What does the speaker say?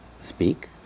speak